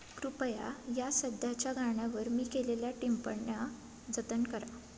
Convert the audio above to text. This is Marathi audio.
कृपया या सध्याच्या गाण्यावर मी केलेल्या टिपण्या जतन करा